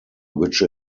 which